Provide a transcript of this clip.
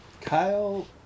Kyle